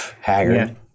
haggard